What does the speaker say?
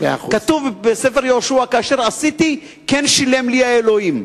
כתוב בספר יהושע: "כאשר עשיתי כן שלם לי אלהים".